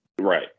Right